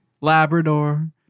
Labrador